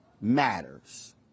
matters